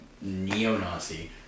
neo-Nazi